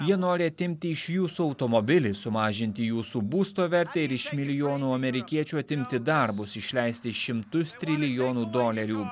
jie nori atimti iš jūsų automobilį sumažinti jūsų būsto vertę ir iš milijonų amerikiečių atimti darbus išleisti šimtus trilijonų dolerių